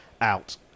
out